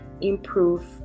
improve